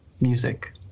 music